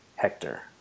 hector